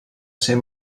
ser